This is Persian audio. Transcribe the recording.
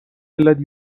علت